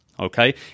okay